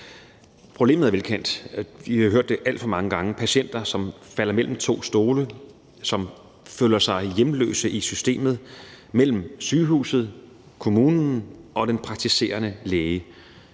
Problemet er velkendt. Vi har hørt om det alt for mange gange: Der er patienter, som falder mellem to stole, og som føler sig hjemløse i systemet mellem sygehuset, kommunen og den praktiserende læge.